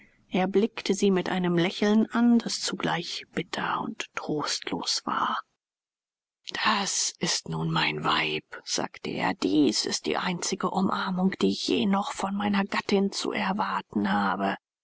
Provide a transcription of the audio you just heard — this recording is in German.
er blickte sie mit einem lächeln an das zugleich bitter und trostlos war das ist nun mein weib sagte er dies die einzige umarmung die ich je noch von meiner gattin zu erwarten habe